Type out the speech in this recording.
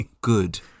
good